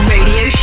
Radio